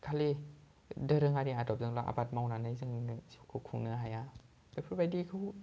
खालि दोरोङारि आदबजोंल' आबाद मावनानै जोंनि जिउखौ खुंनो हाया बेफोरबायदिखौ